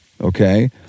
okay